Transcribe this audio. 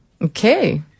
Okay